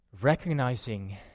recognizing